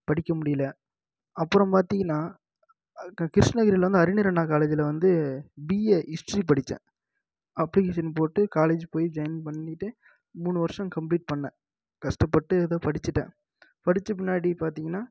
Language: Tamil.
படிக்க முடியல அப்புறம் பார்த்திங்கனா க கிருஷ்ணகிரியில் வந்து அறிஞர் அண்ணா காலேஜில் வந்து பிஏ ஹிஸ்ட்ரி படித்தேன் அப்ளிகேஷன் போட்டு காலேஜி போய் ஜாயின் பண்ணிவிட்டு மூணு வருஷம் கம்ப்ளீட் பண்ணிணேன் கஷ்டப்பட்டு ஏதோ படிச்சுட்டேன் படித்த பின்னாடி பார்த்திங்கனா